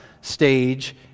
stage